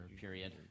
period